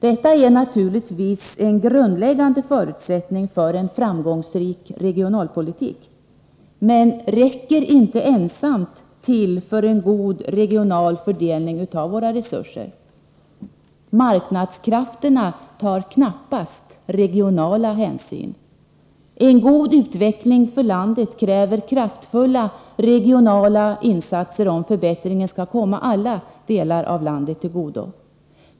Detta är naturligtvis en grundläggande förutsättning för en framgångsrik regionalpolitik, men det räcker inte ensamt till för en god regional fördelning av våra resurser. Marknadskrafterna tar knappast regionala hänsyn. En god utveckling för landet kräver kraftfulla regionala insatser, om förbättringen skall komma alla delar av landet till godo.